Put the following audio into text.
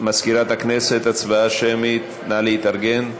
מזכירת הכנסת, הצבעה שמית, נא להתארגן.